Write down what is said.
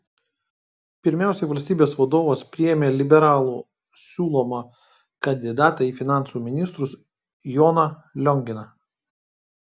pirmiausia valstybės vadovas priėmė liberalų siūlomą kandidatą į finansų ministrus joną lionginą